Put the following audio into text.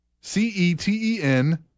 C-E-T-E-N